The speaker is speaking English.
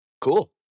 Cool